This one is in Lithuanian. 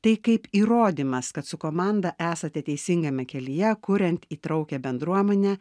tai kaip įrodymas kad su komanda esate teisingame kelyje kuriant įtraukią bendruomenę